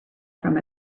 from